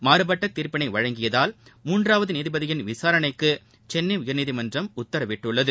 மாறுபட்ட தீர்ப்பினை வழங்கியதால் மூன்றாவது நீதிபதியின் விசாரணைக்கு சென்னை உயர்நீதிமன்றம் உத்தரவிட்டுள்ளது